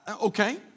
Okay